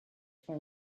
for